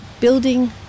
building